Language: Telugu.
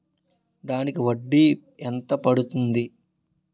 దానికి వడ్డీ ఎంత పడుతుంది?